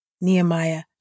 Nehemiah